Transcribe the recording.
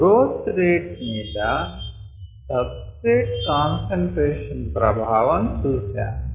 growth rate మీద substrate concentration ప్రభావం చూశాము